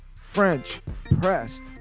French-pressed